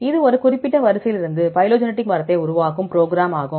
இது ஒரு குறிப்பிட்ட வரிசைகளில் இருந்து பைலோஜெனடிக் மரத்தை உருவாக்கும் ப்ரோக்ராம் ஆகும்